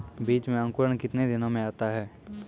बीज मे अंकुरण कितने दिनों मे आता हैं?